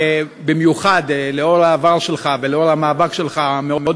במיוחד לנוכח העבר שלך ולנוכח המאבק המאוד